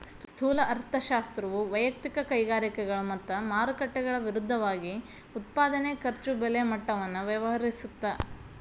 ಸ್ಥೂಲ ಅರ್ಥಶಾಸ್ತ್ರವು ವಯಕ್ತಿಕ ಕೈಗಾರಿಕೆಗಳು ಮತ್ತ ಮಾರುಕಟ್ಟೆಗಳ ವಿರುದ್ಧವಾಗಿ ಉತ್ಪಾದನೆ ಖರ್ಚು ಬೆಲೆ ಮಟ್ಟವನ್ನ ವ್ಯವಹರಿಸುತ್ತ